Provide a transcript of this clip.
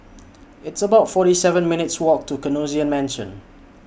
It's about forty seven minutes' Walk to Canossian mention